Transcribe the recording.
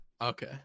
Okay